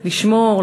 לשמור,